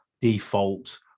default